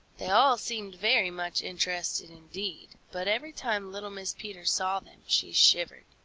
they all seemed very much interested indeed, but every time little mrs. peter saw them, she shivered.